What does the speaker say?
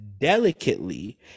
delicately